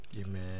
Amen